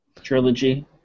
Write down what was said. trilogy